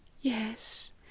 Yes